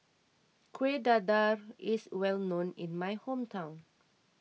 Kueh Dadar is well known in my hometown